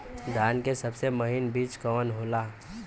धान के सबसे महीन बिज कवन होला?